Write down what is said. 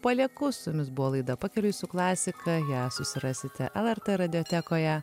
palieku su jumis buvo laida pakeliui su klasika ją susirasite lrt radiotekoje